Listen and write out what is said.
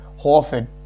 Horford